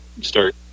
start